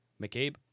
McCabe